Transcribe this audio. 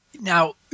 now